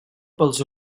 pels